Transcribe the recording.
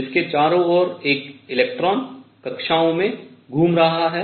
जिसके चारों ओर एक इलेक्ट्रॉन कक्षाओं में घूम रहा है